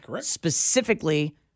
specifically